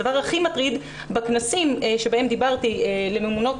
הדבר הכי מטריד בכנסים שבהם דיברתי לממונות